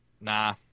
nah